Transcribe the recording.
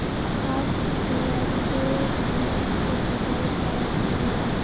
आज तू फुलवारी के निमन से छटाई कअ दिहअ